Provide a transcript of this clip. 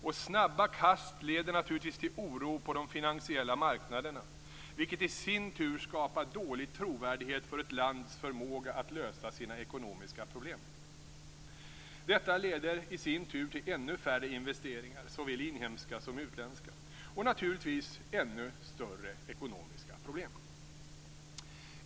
Och snabba kast leder naturligtvis till oro på de finansiella marknaderna, vilket i sin tur skapar dålig trovärdighet för ett lands förmåga att lösa sina ekonomiska problem. Detta leder i sin tur till ännu färre investeringar, såväl inhemska som utländska, och naturligtvis ännu större ekonomiska problem.